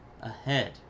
ahead